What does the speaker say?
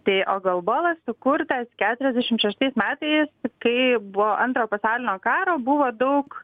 tai o golbolas sukurtas keturiasdešim šeštais metais kai buvo antro pasaulinio karo buvo daug